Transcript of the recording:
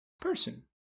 person